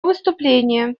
выступление